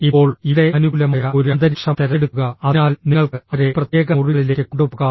ഇപ്പോൾ ഇവിടെ അനുകൂലമായ ഒരു അന്തരീക്ഷം തിരഞ്ഞെടുക്കുക അതിനാൽ നിങ്ങൾക്ക് അവരെ പ്രത്യേക മുറികളിലേക്ക് കൊണ്ടുപോകാം